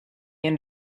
end